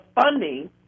funding